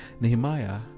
Nehemiah